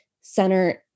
center